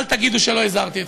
אל תגידו שלא הזהרתי אתכם.